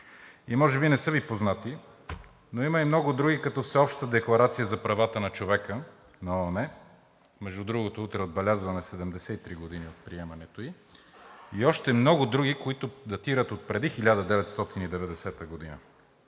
и може би не са Ви познати, но има и много други, като Всеобщата декларация за правата на човека на ООН – между другото, утре отбелязваме 73 години от приемането ѝ, и още много други, които датират отпреди 1990 г.